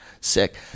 sick